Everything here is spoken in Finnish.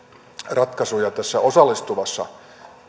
ratkaisuja tässä osallistavassa